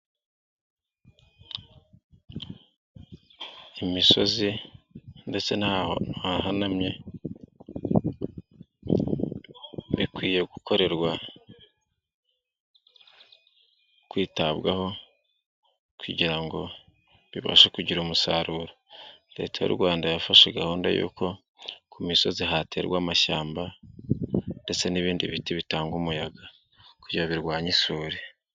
Imisozi ndetse n'ahantu hahanamye, bikwiye kwitabwaho, kugira ngo bibashe kugira umusaruro. Leta y'u Rwanda yafashe gahunda yuko ku misozi haterwa amashyamba, ndetse n'ibindi biti bitanga umuyaga, kugira ngo birwanye isuri.